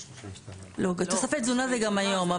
לא, תוספי תזונה זה גם היום.